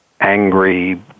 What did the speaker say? angry